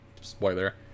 Spoiler